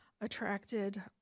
attracted